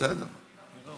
שלוש